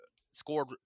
scored